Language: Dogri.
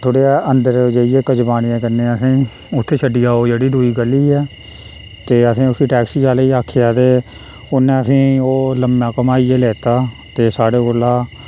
थोह्ड़े अदंर जाइयै कुंजवानी दे कन्नै असेंई उत्थें छड्डी आओ जेह्ड़ी दूई गली ऐ ते असें उसी टैक्सी आह्ले आखेआ ते उ'न्नै असेंई ओह् लम्मां घमाइयै लेता ते साढ़े कोला